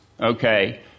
okay